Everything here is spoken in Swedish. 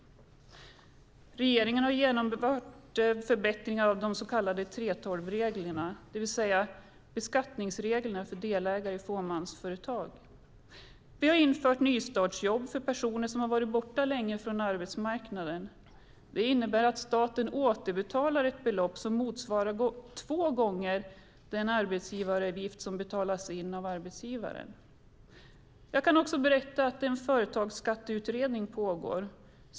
Regeringen har genomfört förbättringar av de så kallade 3:12-reglerna, det vill säga beskattningsreglerna för delägare i fåmansföretag. Vi har infört nystartsjobb för personer som varit borta länge från arbetsmarknaden. Det innebär att staten återbetalar ett belopp som motsvarar två gånger den arbetsgivaravgift som betalas in av arbetsgivaren. Jag kan också berätta att en företagsskatteutredning pågår.